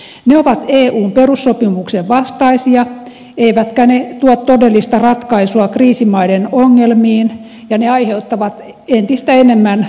ne ovat eun perussopimuksen vastaisia eivätkä ne tuo todellista ratkaisua kriisimaiden ongelmiin ja ne aiheuttavat entistä enemmän moraalikatoa